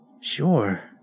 Sure